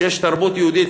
יש תרבות יהודית.